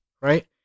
right